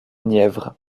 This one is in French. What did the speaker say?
nièvre